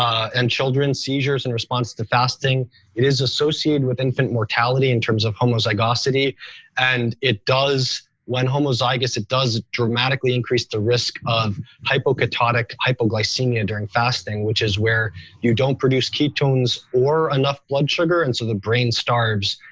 um and children, seizures in response to fasting. it is associated with infant mortality in terms of homozygosity and it does when homozygous, it does dramatically increase the risk of hypoketotic hypoglycemia during fasting, which is where you don't produce ketones or enough blood sugar, and so the brain starves,